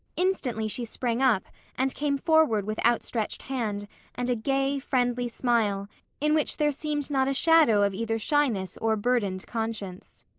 instantly she sprang up and came forward with outstretched hand and a gay, friendly smile in which there seemed not a shadow of either shyness or burdened conscience.